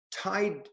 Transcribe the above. tied